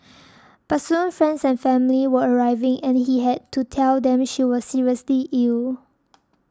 but soon friends and family were arriving and he had to tell them she was seriously ill